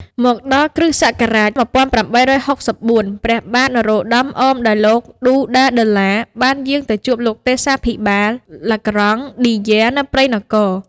មកដល់គ. ស. ១៨៦៤ ព្រះបាទនរោត្តម អមដោយលោក ឌូដាដឺឡា បានយាងទៅជួបលោកទេសាភិបាល ឡាក្រង់ឌីយែ នៅព្រៃនគរ ។